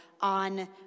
on